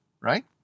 right